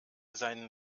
seinen